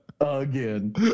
Again